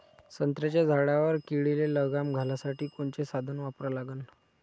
संत्र्याच्या झाडावर किडीले लगाम घालासाठी कोनचे साधनं वापरा लागन?